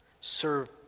Serve